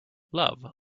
love